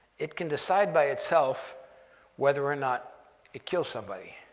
it can decide by itself whether or not it kills somebody.